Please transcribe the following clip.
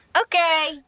Okay